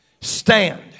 stand